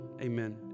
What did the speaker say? Amen